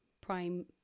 prime